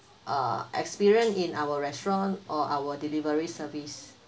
uh experience in our restaurant or our delivery service